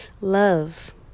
love